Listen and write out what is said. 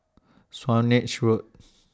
Swanage Road